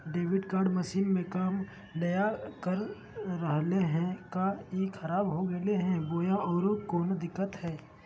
Debit card machine में काम नाय कर रहले है, का ई खराब हो गेलै है बोया औरों कोनो दिक्कत है?